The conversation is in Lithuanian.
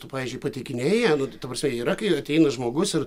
tu pavyzdžiui pateikinėji ją nu ta prasme yra kai ateina žmogus ir